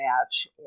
match